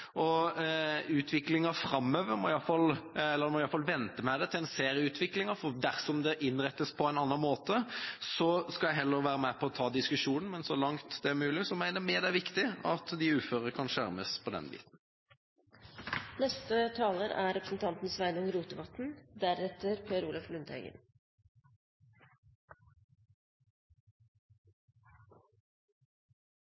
gjelder utviklinga framover, må en i alle fall vente til en ser utviklinga, for dersom det innrettes på en annen måte, skal jeg heller da være med på å ta diskusjonen. Men så langt det er mulig, mener vi det er viktig at de uføre kan skjermes på den biten. Uførereforma frå 2011 har mykje godt ved seg. Ho gjer det enklare å kombinere uføretrygd og arbeid, ho er